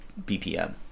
bpm